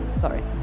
Sorry